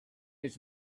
its